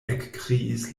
ekkriis